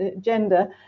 gender